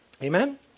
Amen